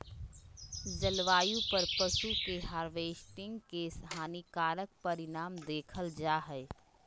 जलवायु पर पशु के हार्वेस्टिंग के हानिकारक परिणाम देखल जा हइ